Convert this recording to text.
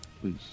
please